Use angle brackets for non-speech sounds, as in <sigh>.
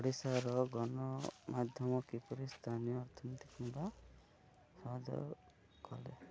ଓଡ଼ିଶାର ଗଣମାଧ୍ୟମ କିପରି ସ୍ଥାନୀୟ ଅର୍ଥନୀତିକ କିମ୍ବା <unintelligible> କଲେ